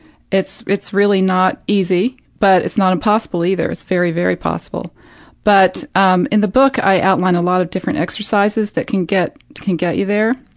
it's it's really not easy, but it's not impossible, either. it's very, very possible but um in the book i outline a lot of different exercises that can get can get you there.